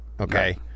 okay